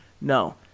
No